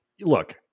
look